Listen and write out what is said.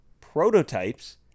prototypes